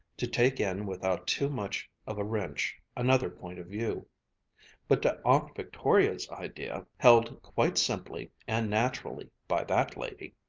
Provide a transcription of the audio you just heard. to take in without too much of a wrench another point of view but to aunt victoria's idea, held quite simply and naturally by that lady,